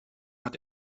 hat